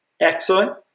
excellent